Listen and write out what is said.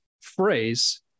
phrase